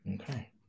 Okay